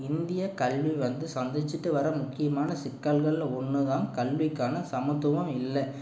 இந்தியக் கல்வி வந்து சந்திச்சிகிட்டு வர்ற முக்கியமான சிக்கல்கள்ல ஒன்றுதான் கல்விக்கான சமத்துவம் இல்லை